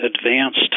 advanced